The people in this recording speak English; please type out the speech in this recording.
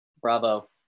bravo